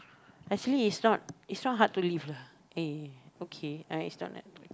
actually it's not it's not hard to live lah it's okay lah